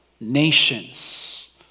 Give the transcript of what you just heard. nations